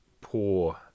poor